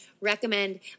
recommend